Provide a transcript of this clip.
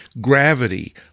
gravity